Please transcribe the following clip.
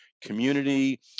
community